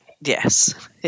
Yes